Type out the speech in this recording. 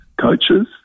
coaches